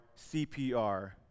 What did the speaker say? CPR